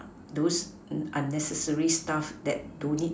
those unnecessary stuff that don't need